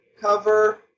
cover